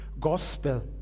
gospel